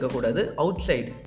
outside